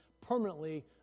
permanently